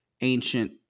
ancient